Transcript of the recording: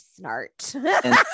Snart